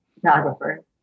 photographer